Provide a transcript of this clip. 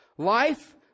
Life